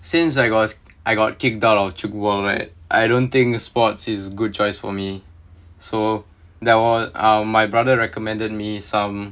since I got I got kicked out of tchoukball right I don't think sports is good choice for me so they're uh or my brother recommended me some